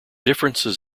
differences